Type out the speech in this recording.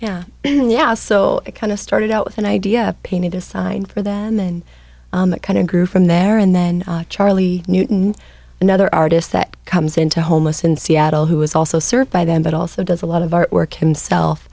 yeah yeah so it kind of started out with an idea painted this sign for them and that kind of grew from there and then charlie newton another artist that comes into homeless in seattle who is also served by them but also does a lot of our work himself